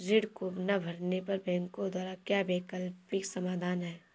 ऋण को ना भरने पर बैंकों द्वारा क्या वैकल्पिक समाधान हैं?